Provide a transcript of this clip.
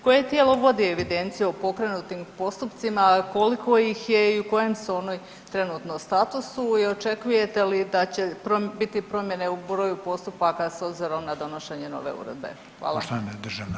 Koje tijelo vodi evidenciju o pokrenutim postupcima, koliko ih je i u kojem su oni trenutno statusu i očekujete li da će biti promjene u broju postupaka s obzirom na donošenje nove uredbe?